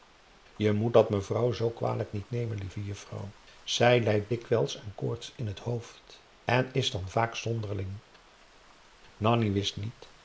je moet dat mevrouw zoo kwalijk niet nemen lieve juffrouw zij lijdt dikwijls aan koorts in het hoofd en is dan vaak zonderling nanni wist niet